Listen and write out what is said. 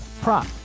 prop